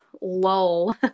lull